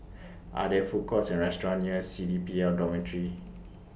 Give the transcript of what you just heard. Are There Food Courts Or restaurants near C D P L Dormitory